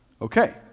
Okay